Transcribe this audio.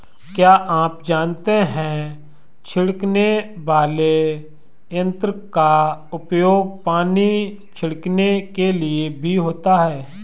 क्या आप जानते है छिड़कने वाले यंत्र का उपयोग पानी छिड़कने के लिए भी होता है?